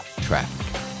Traffic